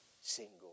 single